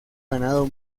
ganado